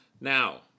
Now